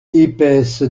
épaisse